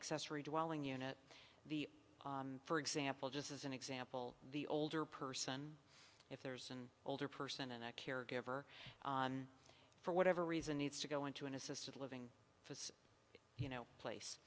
accessory dwelling unit the for example just as an example the older person if there's an older person and a caregiver for whatever reason needs to go into an assisted living you know place